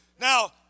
Now